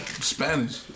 Spanish